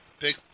big